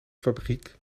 fabriek